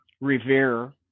revere